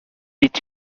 est